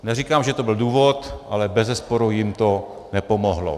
Neříkám, že to byl důvod, ale bezesporu jim to nepomohlo.